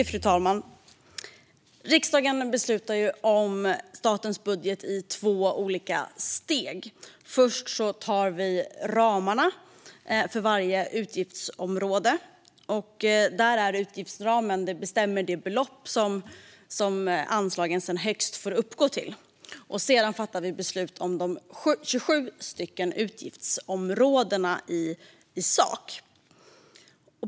Fru talman! Riksdagen beslutar om statens budget i två olika steg. Först tar vi ramarna för varje utgiftsområde. Utgiftsramen bestämmer det belopp som anslagen sedan högst får uppgå till. Sedan fattar vi beslut om de 27 utgiftsområdena i sak.